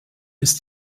ist